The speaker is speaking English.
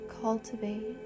Cultivate